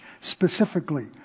specifically